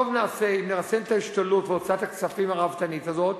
טוב נעשה אם נרסן את ההשתוללות והוצאת הכספים הראוותנית הזאת,